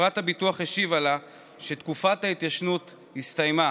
חברת הביטוח השיבה לה שתקופת ההתיישנות הסתיימה